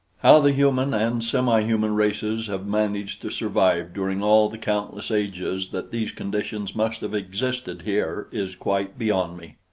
how the human and semihuman races have managed to survive during all the countless ages that these conditions must have existed here is quite beyond me.